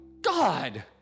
God